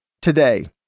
today